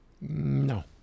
no